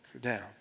down